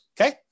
okay